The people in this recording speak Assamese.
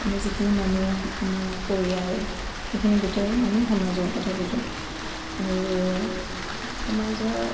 আমাৰ যিখিনি মানুহ আমাৰ পৰিয়াল সেইখিনি গোটেই আমি সমাজৰ কথা বুজো আৰু সমাজৰ